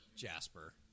Jasper